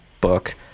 book